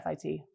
FIT